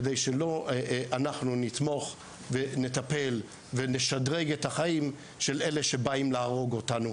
כדי שאנחנו לא נתמוך ונטפל ונשדרג את החיים של אלה שבאים להרוג אותנו.